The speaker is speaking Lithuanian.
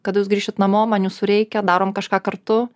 kad jūs grįšit namo man jūsų reikia darom kažką kartu